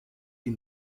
die